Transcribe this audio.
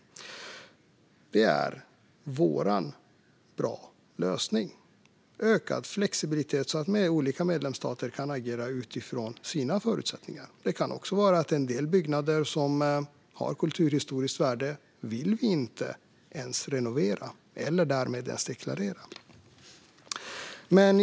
Det är vår lösning som är bra. Det handlar om ökad flexibilitet, så att olika medlemsstater kan agera utifrån sina förutsättningar. Det kan också vara en del byggnader som har kulturhistoriskt värde och som vi inte ens vill renovera eller deklarera.